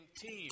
team